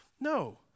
No